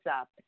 up